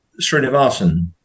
Srinivasan